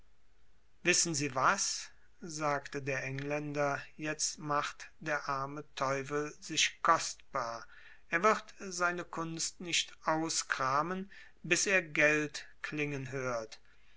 wissen sie was sagte der engländer jetzt macht der arme teufel sich kostbar er wird seine kunst nicht auskramen bis er geld klingen hört